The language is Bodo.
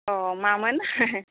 अ मामोन